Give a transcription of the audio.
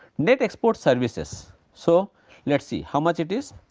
net export services so let us see, how much it is?